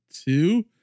two